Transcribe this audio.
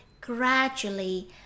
gradually